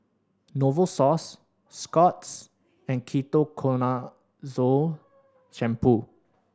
Novosource Scott's and Ketoconazole Shampoo